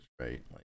right